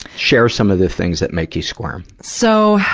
share some of the things that make you squirm. so,